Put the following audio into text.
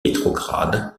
petrograd